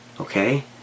Okay